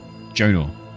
Jonor